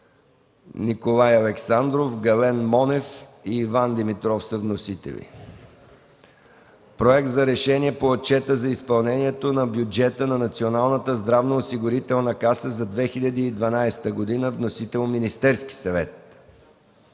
Николай Александров, Гален Монев и Иван Димитров. 4. Проект за решение по Отчета за изпълнението на бюджета на Националната здравноосигурителна каса за 2012 г. Вносител е Министерският съвет.